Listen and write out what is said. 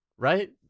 Right